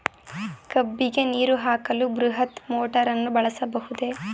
ಕಬ್ಬಿಗೆ ನೀರು ಹಾಕಲು ಬೃಹತ್ ಮೋಟಾರನ್ನು ಬಳಸಬಹುದೇ?